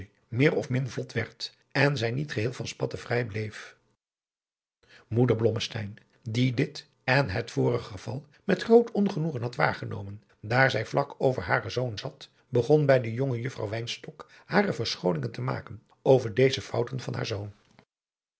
meer of min vlot werd en zij niet geheel van spatten vrij bleef moeder blommesteyn die dit en het vorig geval met groot ongenoegen had waargenomen daar zij vlak over haren zoon zat begon bij de jonge juffrouw wynstok hare verschoningen te maken over deze fouten van haren zoon